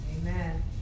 Amen